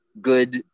good